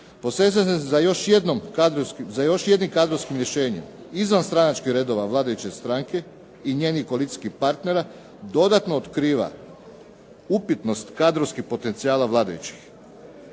Posezanje za još jednim kadrovskim rješenjem izvan stranačkih redova vladajuće stranke i njenih koalicijskih partnera dodatno otkriva upitnost kadrovskih potencijala vladajućih.